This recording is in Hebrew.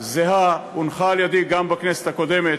זהה הונחה על-ידי גם בכנסת הקודמת,